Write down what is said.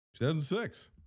2006